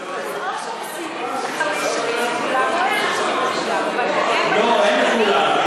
אז או, חמש שנים לכולם, לא, אין לכולם.